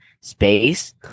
space